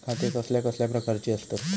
खाते कसल्या कसल्या प्रकारची असतत?